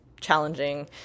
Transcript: challenging